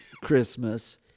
Christmas